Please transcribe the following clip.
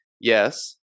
Yes